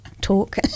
talk